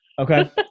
Okay